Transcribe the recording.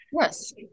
Yes